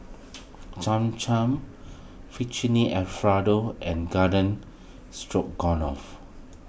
Cham Cham Alfredo and Garden Stroganoff